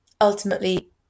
ultimately